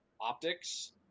optics